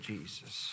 Jesus